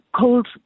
cold